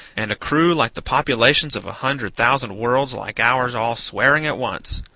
and a crew like the populations of a hundred thousand worlds like ours all swearing at once.